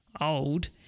old